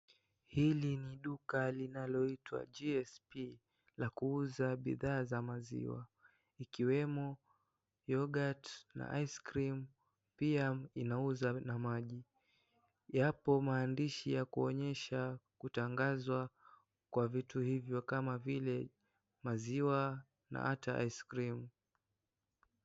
Hili ni duka linaloitwa GSP la kuuza bidhaa za maziwa ikiwemo yoghurt na ice cream pia inauza na maji. Yapo maandishi ya kuonyesha kutangazwa kwa vitu hivyo kama vile maziwa na hata ice cream .